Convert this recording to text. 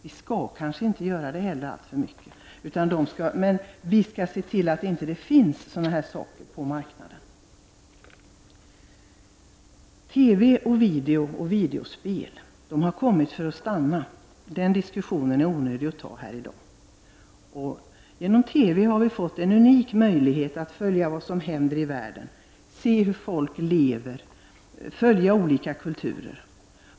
Vi skall kanske inte göra det heller i alltför stor utsträckning. Men vi skall se till att det inte finns sådana här saker på marknaden. TV, video och videospel har kommit för att stanna. Den diskussionen är onödig att ta upp här i dag. Genom TV har vi fått en unik möjlighet att följa vad som händer i världen, vi kan se hur folk lever och följa olika kulturer.